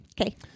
Okay